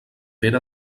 pere